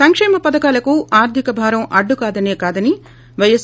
సంక్షేమ పథకాలకు ఆర్షిక భారం అడ్డుకానే కాదని పైఎస్